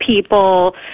people